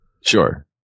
Sure